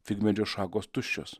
figmedžio šakos tuščios